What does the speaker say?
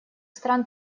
стран